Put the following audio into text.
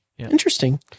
Interesting